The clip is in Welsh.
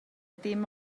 dim